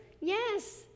Yes